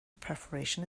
perforation